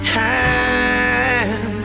time